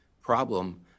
problem